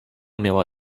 miała